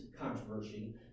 controversy